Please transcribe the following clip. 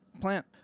Plant